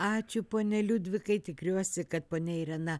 ačiū pone liudvikai tikriuosi kad ponia irena